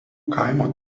kaimo